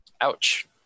ouch